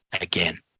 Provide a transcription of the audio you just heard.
Again